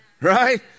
right